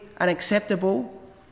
unacceptable